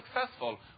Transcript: successful